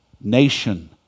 nation